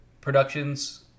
productions